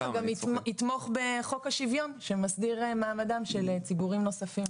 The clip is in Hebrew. גם יתמוך בחוק השוויון שמסדיר מעמדם של ציבורים נוספים.